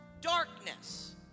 darkness